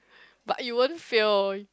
but you won't fail